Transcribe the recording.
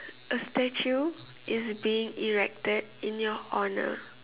a statue is being erected in your honour